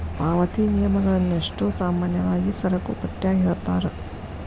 ಪಾವತಿ ನಿಯಮಗಳನ್ನಷ್ಟೋ ಸಾಮಾನ್ಯವಾಗಿ ಸರಕುಪಟ್ಯಾಗ ಹೇಳಿರ್ತಾರ